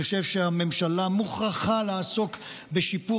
אני חושב שהממשלה מוכרחה לעסוק בשיפור